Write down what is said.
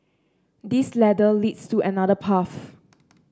this ladder leads to another path